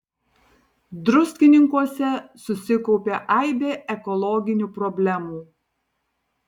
druskininkuose susikaupė aibė ekologinių problemų